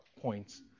points